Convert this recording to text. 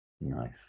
Nice